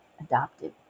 adopted